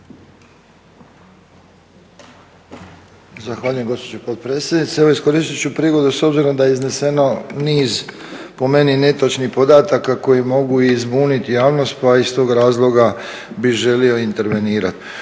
Zahvaljujem gospođo potpredsjednice. Evo iskoristit ću prigodu s obzirom da je izneseno niz po meni netočnih podataka koji mogu zbuniti javnost pa iz tog razloga bih želio intervenirati.